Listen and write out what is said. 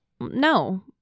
No